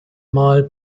mal